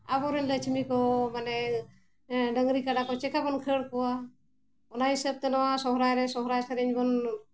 ᱟᱵᱚᱨᱮᱱ ᱞᱟᱹᱪᱷᱢᱤ ᱠᱚ ᱢᱟᱱᱮ ᱰᱟᱹᱝᱨᱤ ᱠᱟᱰᱟ ᱠᱚ ᱪᱮᱠᱟᱹᱵᱚᱱ ᱠᱷᱟᱹᱲ ᱠᱚᱣᱟ ᱚᱱᱟ ᱦᱤᱥᱟᱹᱵ ᱛᱮ ᱱᱚᱣᱟ ᱥᱚᱦᱨᱟᱭ ᱨᱮ ᱥᱚᱦᱨᱟᱭ ᱥᱮᱨᱮᱧ ᱵᱚᱱ